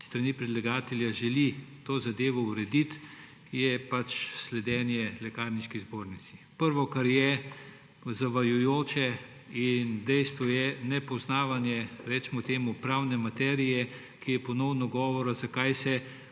strani predlagatelja želi to zadevo urediti, sledenje Lekarniški zbornici. Prvo, kar je zavajajoče in je dejstvo, je nepoznavanje pravne materije, ker je ponovno govora, zakaj se